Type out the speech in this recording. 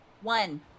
One